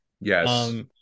Yes